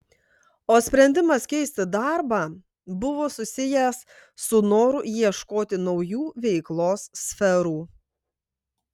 o sprendimas keisti darbą buvo susijęs su noru ieškoti naujų veiklos sferų